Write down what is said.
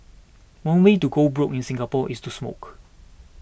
one way to go broke in Singapore is to smoke